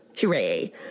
Hooray